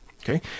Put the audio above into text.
okay